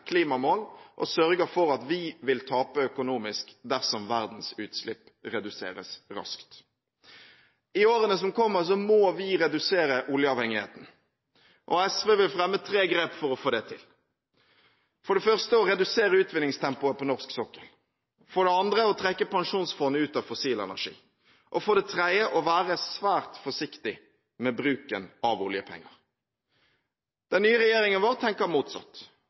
klimamål og sørger for at vi vil tape økonomisk dersom verdens utslipp reduseres raskt. I årene som kommer, må vi redusere oljeavhengigheten. SV vil fremme tre grep for å få det til: For det første å redusere utvinningstempoet på norsk sokkel, for det andre å trekke pensjonsfondet ut av fossil energi og for det tredje å være svært forsiktig med bruken av oljepenger. Den nye regjeringen vår tenker motsatt.